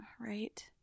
right